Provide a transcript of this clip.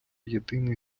єдиний